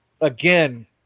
again